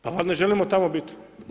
Pa valjda ne želimo tamo biti?